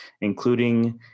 including